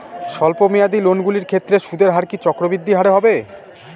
স্বল্প মেয়াদী লোনগুলির ক্ষেত্রে সুদের হার কি চক্রবৃদ্ধি হারে হবে?